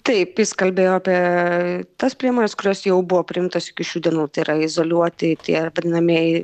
taip jis kalbėjo apie tas priemones kurios jau buvo priimtos iki šių dienų tai yra izoliuoti tie vadinamieji